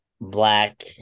Black